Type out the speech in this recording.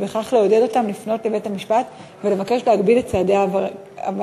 ובכך לעודד אותם לפנות לבית-המשפט ולבקש להגביל את צעדי העבריינים.